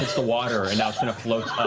the water and now kind of floats